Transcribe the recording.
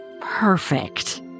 Perfect